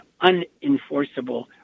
unenforceable